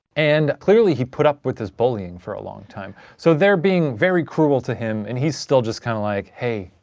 and clearly he put up with this bullying for a long time. so they're being very cruel to him, and he's still just kind of like, hey,